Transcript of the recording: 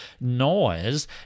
noise